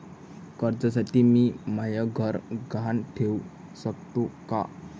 कर्जसाठी मी म्हाय घर गहान ठेवू सकतो का